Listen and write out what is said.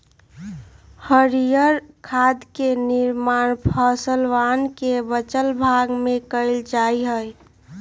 हरीयर खाद के निर्माण फसलवन के बचल भाग से कइल जा हई